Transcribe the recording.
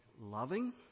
loving